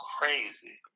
crazy